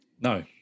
No